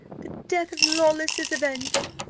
the death of lawless is avenged.